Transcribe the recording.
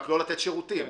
רק לא לתת שירותים.